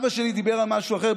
אבא שלי דיבר על משהו אחר.